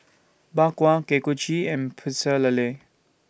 Bak Kwa Kuih Kochi and Pecel Lele